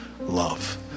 love